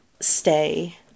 Stay